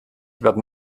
werden